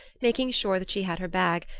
making sure that she had her bag,